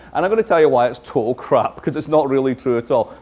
and i'm going to tell you why it's total crap, because it's not really true at all.